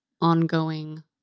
ongoing